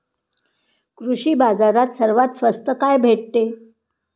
कृषी बाजारात सर्वात स्वस्त काय भेटते?